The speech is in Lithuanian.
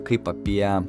kaip apie